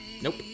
Nope